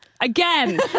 again